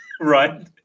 right